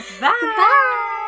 Bye